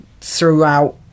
throughout